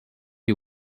you